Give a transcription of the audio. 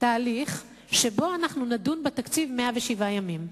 תהליך שבו אנחנו נדון בתקציב 107 ימים.